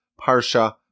Parsha